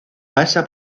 pasa